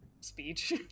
speech